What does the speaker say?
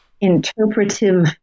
interpretive